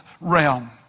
realm